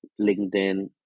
LinkedIn